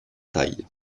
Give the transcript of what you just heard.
taille